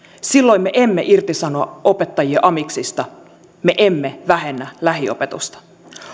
silloin me emme irtisano opettajia amiksista me emme vähennä lähiopetusta